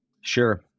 Sure